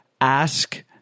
ask